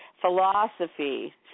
philosophy